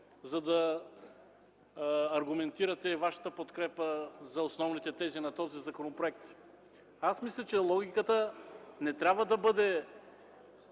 за да аргументирате Вашата подкрепа за основните тези на законопроекта. Мисля, че логиката не трябва да бъде: